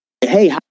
Hey